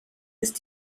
ist